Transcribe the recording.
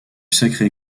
sacré